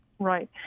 Right